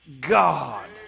God